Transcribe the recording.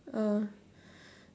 uh